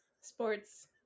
sports